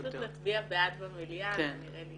פשוט להצביע בעד במליאה, נראה לי